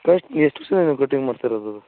ಎಷ್ಟು ಎಷ್ಟು ಸ ಕಟಿಂಗ್ ಮಾಡ್ತಿರೋದು